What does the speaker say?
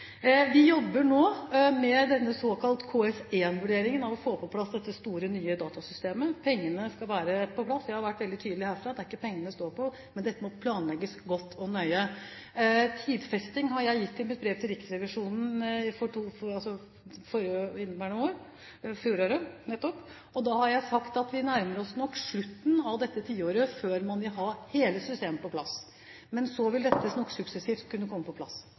Vi jobber nå med den såkalte KS1-vurderingen, for å få på plass dette store, nye datasystemet. Pengene skal være på plass. Jeg har herfra vært veldig tydelig på at det ikke er pengene det skal stå på, men dette må planlegges godt og nøye. Tidfesting har jeg kommet med i mitt brev til Riksrevisjonen i fjor. Jeg har da sagt at vi nærmer oss nok slutten av dette tiåret før man har hele systemet på plass, men dette vil nok suksessivt kunne komme på plass